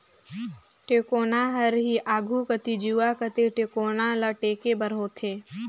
टेकोना हर ही आघु कती जुवा कती टेकोना ल टेके बर होथे